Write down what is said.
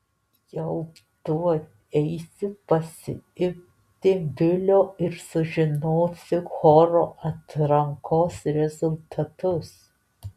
jau tuoj eisiu pasiimti bilio ir sužinosiu choro atrankos rezultatus